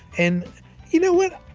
and you know what.